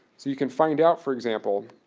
so you can find out, for example,